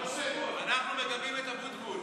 אנחנו מגבים את אבוטבול.